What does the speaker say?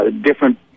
different